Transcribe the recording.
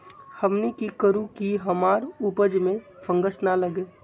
हमनी की करू की हमार उपज में फंगस ना लगे?